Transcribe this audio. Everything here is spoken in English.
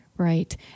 Right